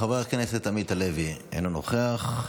חבר הכנסת עמית הלוי, אינו נוכח.